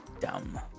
Dumb